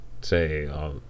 say